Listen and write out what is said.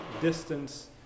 distance